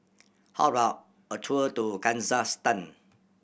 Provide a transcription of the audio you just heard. how about a tour to Kazakhstan